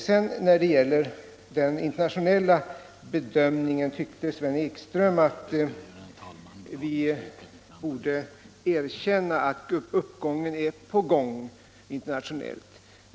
När det sedan gäller den internationella bedömningen tycker herr Ekström att vi borde erkänna att uppgången är på gång internationellt.